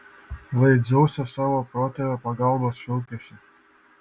lai dzeuso savo protėvio pagalbos šaukiasi